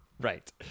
right